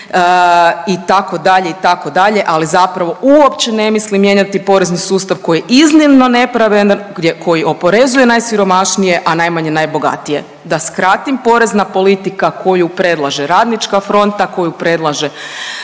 itd. itd. Ali zapravo uopće ne misli mijenjati porezni sustav koji je iznimno nepravedan, koji oporezuje najsiromašnije, a najmanje najbogatije. Da skratim, porezna politika koju predlaže Radnička fronta, koju predlaže